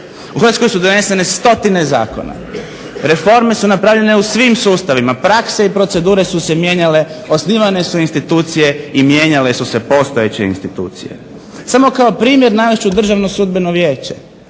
U Hrvatskoj su donesene stotine Zakona, reforme su napravljene u svim sustavima, prakse i procedure su se mijenjale osnivane su institucije i mijenjale su se postojeće institucije. Samo kao primjer navest ću državno sudbeno vijeće,